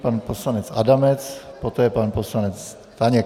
Pan poslanec Adamec, poté pan poslanec Staněk.